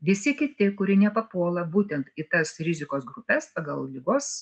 visi kiti kurie nepapuola būtent į tas rizikos grupes pagal ligos